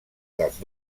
dels